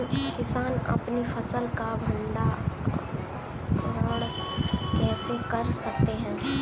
किसान अपनी फसल का भंडारण कैसे कर सकते हैं?